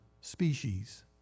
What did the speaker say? species